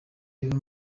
birimo